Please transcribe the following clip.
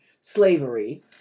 slavery